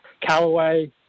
Callaway